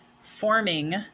forming